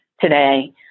today